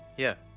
yeah,